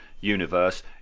universe